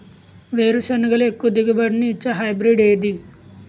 వేరుసెనగ లో ఎక్కువ దిగుబడి నీ ఇచ్చే హైబ్రిడ్ ఏది?